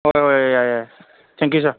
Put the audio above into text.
ꯍꯣꯏ ꯍꯣꯏ ꯌꯥꯏ ꯌꯥꯏ ꯊꯦꯡꯛ ꯌꯨ ꯁꯥꯔ